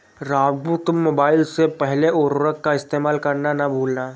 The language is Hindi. राजू तुम मोबाइल से पहले उर्वरक का इस्तेमाल करना ना भूलना